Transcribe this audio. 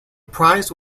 prize